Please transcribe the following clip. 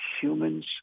humans